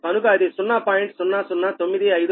కనుక అది 0